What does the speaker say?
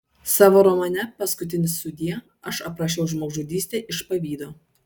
savo romane paskutinis sudie aš aprašiau žmogžudystę iš pavydo